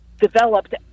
developed